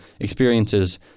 experiences